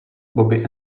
bobby